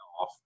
off